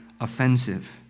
offensive